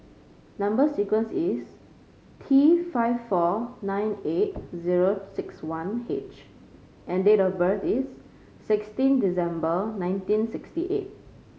number sequence is T five four nine eight zero six one H and date of birth is sixteen December nineteen sixty eight